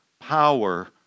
Power